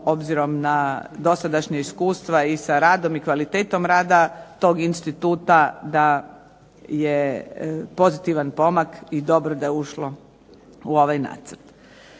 smatramo na dosadašnja iskustva i sa radom i sa kvalitetom rada toga instituta je pozitivan pomak i dobro da je ušlo u ovaj nacrt.